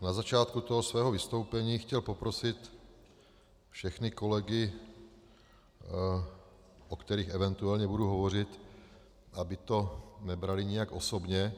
Na začátku svého vystoupení bych chtěl poprosit všechny kolegy, o kterých eventuálně budu hovořit, aby to nebrali nijak osobně.